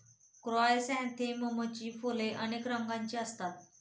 क्रायसॅन्थेममची फुले अनेक रंगांची असतात